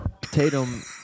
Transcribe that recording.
Tatum